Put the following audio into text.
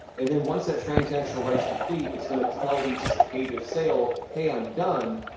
and then once that transactional write's complete, it's going to tell the so page of sail, hey, i'm done,